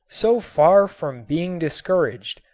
so far from being discouraged,